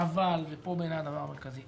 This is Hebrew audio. אבל, ופה בעיניי הדבר המרכזי.